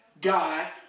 guy